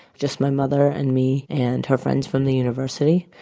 just my mother and me and her friends from the university.